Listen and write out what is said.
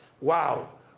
Wow